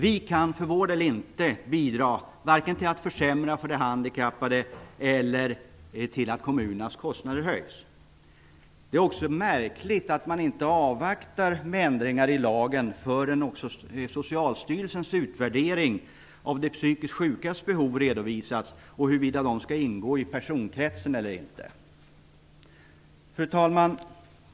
Vi kan för vår del inte bidra varken till att försämra för de handikappade eller till att kommunernas kostnader höjs. Det är också märkligt att man inte avvaktar med att göra ändringar i lagen tills dess att också Socialstyrelsens utvärdering av de psykiskt sjukas behov och huruvida de skall ingå i personkretsen eller inte har redovisats. Fru talman!